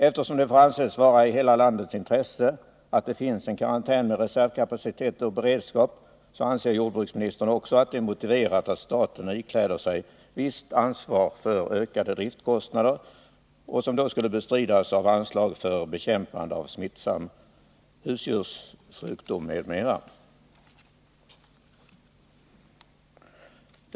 Eftersom det får anses vara i hela landets intresse att det finns en karantän med reservkapacitet och beredskap, anser jordbruksministern det motiverat att staten ikläder sig visst ansvar för ökade driftkostnader, att bestridas av anslag för Bekämpande av smittsamma husdjurssjukdomar m.m.